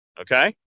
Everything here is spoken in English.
Okay